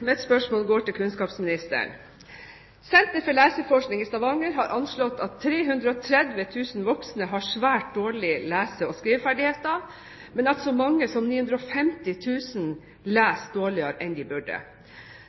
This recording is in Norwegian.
Mitt spørsmål går til kunnskapsministeren. Senter for leseforskning i Stavanger har anslått at 330 000 voksne har svært dårlige lese- og skriveferdigheter, men at så mange som 950 000 leser dårligere enn de burde.